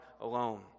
alone